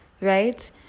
right